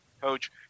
Coach